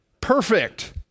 perfect